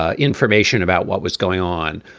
ah information about what was going on.